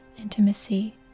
intimacy